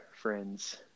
friends